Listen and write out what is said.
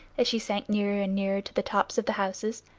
as she sank nearer and nearer to the tops of the houses,